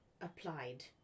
applied